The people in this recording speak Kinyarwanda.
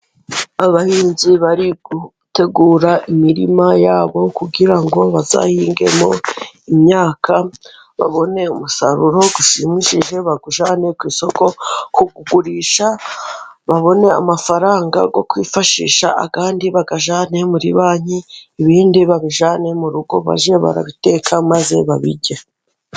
Abahinzi bari gutegura imirima yabo kugira ngo bazahingemo imyaka babone umusaruro ushimishije, bawujyane ku isoko kugurisha babone amafaranga yo kwifashisha, andi bayajyane muri banki, ibindi babijyane mu rugo bajye barabiteka maze babirye.